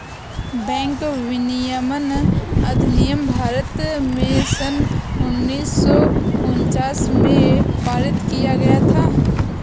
bank विनियमन अधिनियम भारत में सन उन्नीस सौ उनचास में पारित किया गया था